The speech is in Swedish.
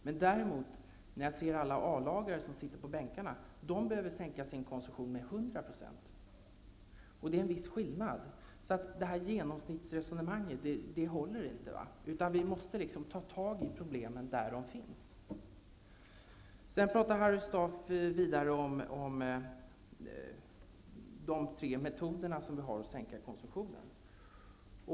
Men däremot behöver alla A-lagare som jag ser på bänkarna sänka sin konsumtion med 100 %. Det är en viss skillnad. Det här genomsnittsresonemanget håller inte. Vi måste ta tag i problemen där de finns. Sedan talar Harry Staaf om de tre metoder vi har för att sänka konsumtionen.